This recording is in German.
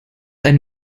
ein